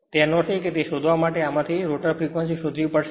તેનો અર્થ એ કે તે શોધવા માટે આમાંથી રોટર ફ્રેક્વન્સી શોધવા પડશે